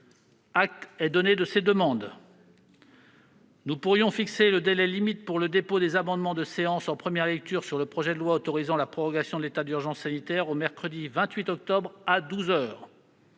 Acte est donné de ces demandes. Nous pourrions fixer le délai limite pour le dépôt des amendements de séance en première lecture sur le projet de loi autorisant la prorogation de l'état d'urgence sanitaire au mercredi 28 octobre à